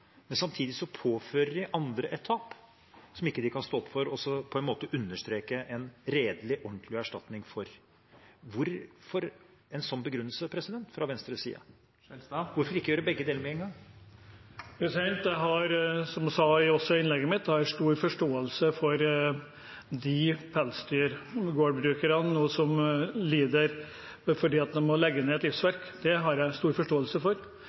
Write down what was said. men samtidig påfører de andre et tap som de ikke kan stå opp for og på en måte understreke en redelig og ordentlig erstatning for. Hvorfor en sånn begrunnelse fra Venstres side? Hvorfor ikke gjøre begge deler med en gang? Jeg har, som jeg også sa i innlegget mitt, stor forståelse for de pelsdyrgårdbrukerne som nå lider fordi de må legge ned et livsverk. Det har jeg stor forståelse for.